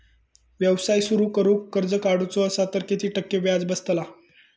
व्यवसाय सुरु करूक कर्ज काढूचा असा तर किती टक्के व्याज बसतला?